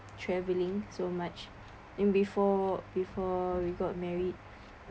travelling so much in before before we got married